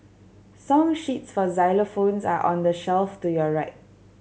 song sheets for xylophones are on the shelf to your right